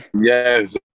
Yes